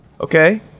okay